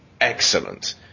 excellent